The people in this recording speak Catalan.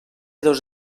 dos